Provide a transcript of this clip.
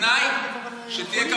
בתנאי שתהיה,